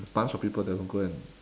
a bunch of people they will go and